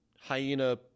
hyena